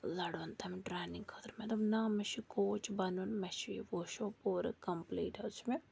لَڑُن تَمہِ ٹرٛینِنٛگ خٲطرٕ مےٚ دوٚپ نہ مےٚ چھُ کوچ بَنُن مےٚ چھُ یہِ ووٗشو پوٗرٕ کَمپٕلیٖٹ حظ چھِ مےٚ